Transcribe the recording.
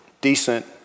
decent